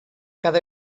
cada